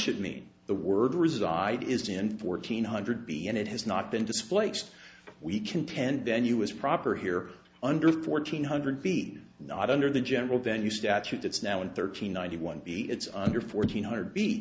should mean the word reside is in fourteen hundred b and it has not been displaced we contend venue is proper here under fourteen hundred feet not under the general venue statute it's now in thirteen ninety one b it's under fourteen hundred